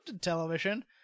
television